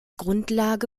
grundlage